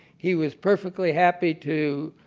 he was perfectly happy to